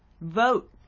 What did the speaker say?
vote